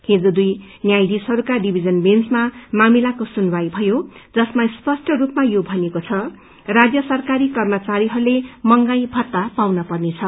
हिज दुइ न्यायाधीशहरूका डिभीजन बेन्चमा मामिलाको सुनवाई भयो जसमा स्पष्ट रूपमा यो भनिएको छ राज्य सरकारी कर्मचारीहरूले मंहगाई भत्ता पाउन पर्नेछ